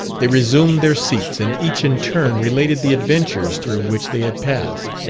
they resumed their seats and each in turn related the adventures through which they had passed.